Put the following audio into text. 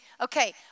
okay